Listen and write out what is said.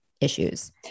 issues